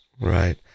right